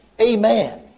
amen